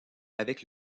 avec